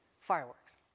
fireworks